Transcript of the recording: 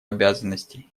обязанностей